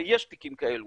ויש תיקים כאלה